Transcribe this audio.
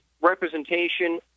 representation